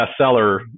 bestseller